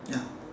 ya